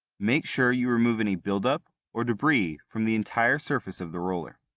make sure you remove any buildup or debris from the entire surface of the roller.